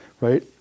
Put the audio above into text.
right